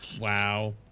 Wow